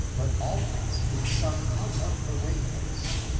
but always in some out of the way place,